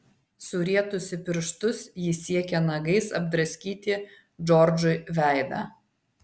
surietusi pirštus ji siekė nagais apdraskyti džordžui veidą